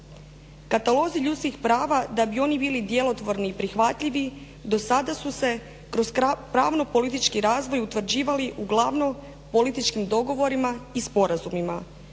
Katalozi ljudskih prava da bi oni bili djelotvorni i prihvatljivi do sada su se kroz pravno-politički razvoj utvrđivali uglavnom političkim dogovorima i sporazumima,